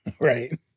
Right